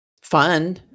fun